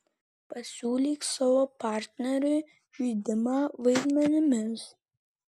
pasiūlyk savo partneriui žaidimą vaidmenimis